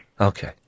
Okay